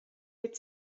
wird